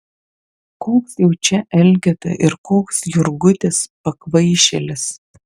koks jau čia elgeta ir koks jurgutis pakvaišėlis